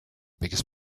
biggest